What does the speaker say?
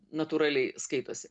natūraliai skaitosi